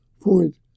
point